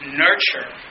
nurture